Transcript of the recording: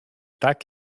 tak